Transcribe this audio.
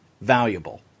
valuable